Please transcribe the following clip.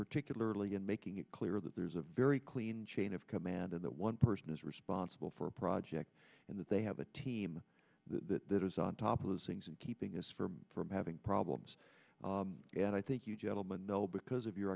particularly in making it clear that there's a very clean chain of command and that one person is responsible for a project and that they have a team that is on top of things and keeping us from having problems and i think you gentleman know because of your